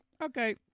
Okay